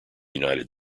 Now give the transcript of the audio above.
united